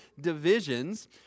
divisions